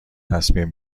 تصمیم